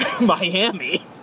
Miami